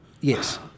yes